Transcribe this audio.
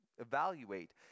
evaluate